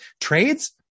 Trades